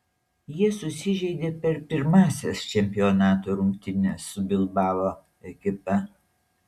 jie susižeidė per pirmąsias čempionato rungtynes su bilbao ekipa